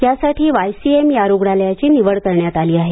यासाठी Y C M या रुग्णालयाची निवड करण्यात आली आहे